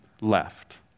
left